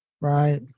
right